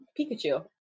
Pikachu